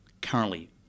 Currently